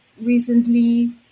recently